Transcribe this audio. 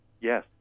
Yes